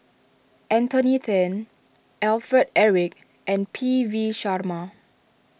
Anthony then Alfred Eric and P V Sharma